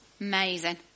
amazing